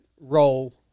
role